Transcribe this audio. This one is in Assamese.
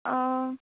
অঁ